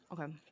okay